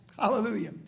Hallelujah